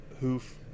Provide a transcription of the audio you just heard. hoof